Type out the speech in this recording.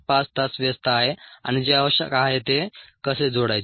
5 तास व्यस्त आहे आणि जे आवश्यक आहे ते कसे जोडायचे